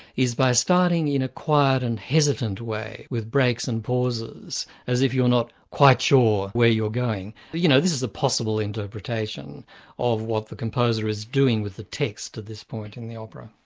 is by starting in a quiet and hesitant way, with breaks and pauses, as if you're not quite sure where you're going. you know, this is a possible interpretation of what the composer is doing with the text at this point in the opera.